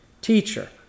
Teacher